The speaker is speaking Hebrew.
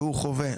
והוא חווה,